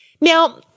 Now